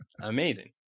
Amazing